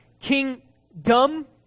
Kingdom